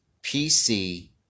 PC